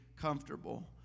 comfortable